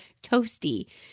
toasty